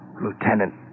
Lieutenant